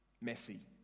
messy